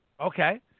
Okay